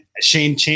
Shane